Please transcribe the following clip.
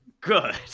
good